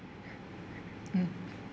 mm